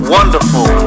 Wonderful